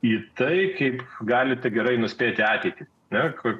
į tai kaip galite gerai nuspėti ateitį mekoje